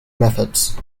methods